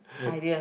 idea